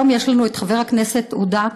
היום יש לנו חבר הכנסת עודה.